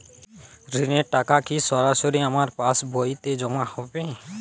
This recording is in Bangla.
ঋণের টাকা কি সরাসরি আমার পাসবইতে জমা হবে?